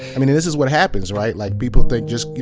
i mean, this is what happens, right? like people think just,